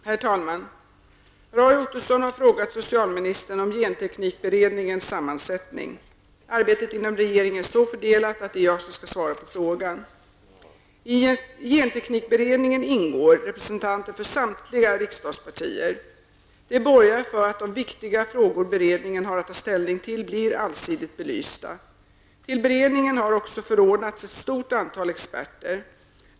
Herr talman! Roy Ottosson har frågat socialministern om genteknikberedningens sammansättning. Arbetet inom regeringen är så fördelat att det är jag som skall svara på frågan. I genteknikberedningen ingår representanter för samtliga riksdagspartier. Det borgar för att de viktiga frågor beredningen har att ta ställning till blir allsidigt belysta. Till beredningen har också förordnats ett stort antal experter.